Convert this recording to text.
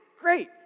great